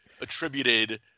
attributed